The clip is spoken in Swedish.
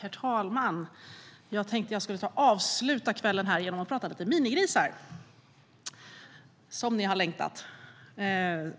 Herr talman! Jag tänkte att jag skulle avsluta kvällen genom att prata lite om minigrisar. Som ni har längtat efter det!